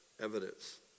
evidence